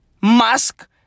musk